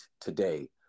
today